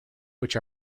which